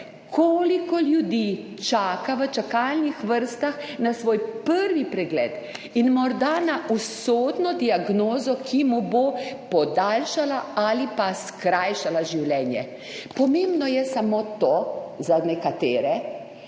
koliko ljudi čaka v čakalnih vrstah na svoj prvi pregled in morda na usodno diagnozo, ki mu bo podaljšala ali pa skrajšala življenje. Pomembno je samo to, za nekatere,